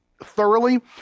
thoroughly